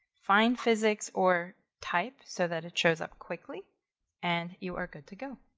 find physics or type so that it shows up quickly and you are good to go.